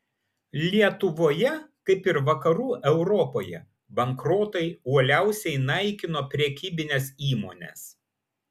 lietuvoje kaip ir vakarų europoje bankrotai uoliausiai naikino prekybines įmones